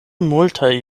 multaj